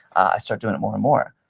i start doing it more and more.